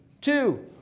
two